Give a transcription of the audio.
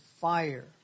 fire